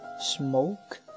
smoke